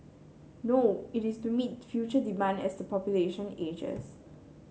no it is to meet future demand as the population ages